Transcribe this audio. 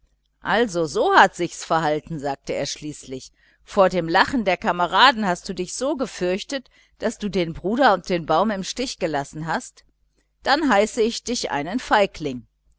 also so hat sich's verhalten sagte er schließlich vor dem lachen der kameraden hast du dich so gefürchtet daß du den bruder und den baum im stich gelassen hast dann heiße ich dich einen feigling